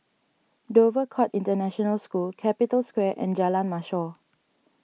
Dover Court International School Capital Square and Jalan Mashor